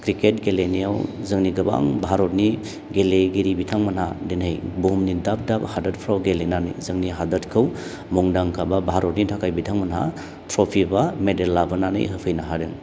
cricket गेलेनायाव जोंनि गोबां भारतनि गेलेगिरि बिथांमोनहा दिनै बुहुमनि दाब दाब हादोरफ्राव गेलेनानै जोंनि हादोरखौ मुंदांखा बा भारतनि थाखाय बिथांमोनहा ट्र'फि एबा मेडेल लाबोनानै होफैनो हादों